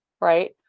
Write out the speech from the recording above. right